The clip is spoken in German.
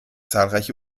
zahlreiche